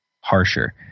harsher